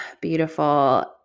Beautiful